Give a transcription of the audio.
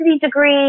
degree